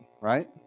right